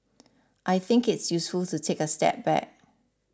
I think it's useful to take a step back